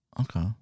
Okay